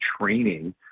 training